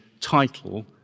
title